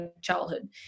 childhood